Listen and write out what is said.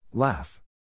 Laugh